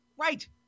Right